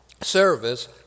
service